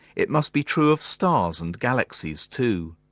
it must be true of stars and galaxies, too.